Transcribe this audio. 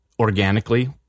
organically